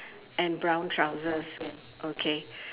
and brown trousers okay